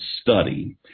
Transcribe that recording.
study